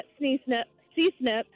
C-SNIP